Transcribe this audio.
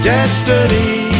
Destiny